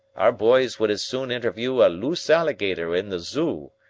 our boys would as soon interview a loose alligator in the zoo.